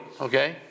okay